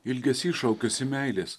ilgesys šaukiasi meilės